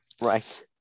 Right